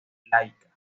laica